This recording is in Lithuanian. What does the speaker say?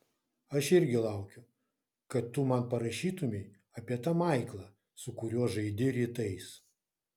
aš irgi laukiu kad tu man parašytumei apie tą maiklą su kuriuo žaidi rytais